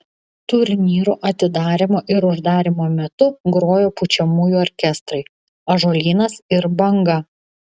turnyro atidarymo ir uždarymo metu grojo pučiamųjų orkestrai ąžuolynas ir banga